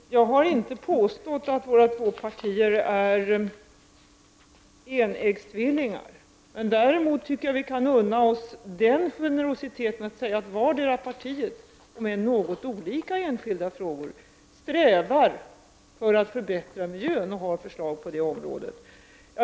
Fru talman! Jag har inte påstått att våra två partier är enäggstvillingar. Men däremot tycker jag att vi kan unna oss den generositeten att vi säger att vardera partiet, om än något olika i enskilda frågor, strävar efter att förbättra miljön och har förslag på detta område.